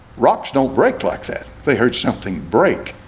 rocks don't break like that. they heard something break.